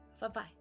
bye-bye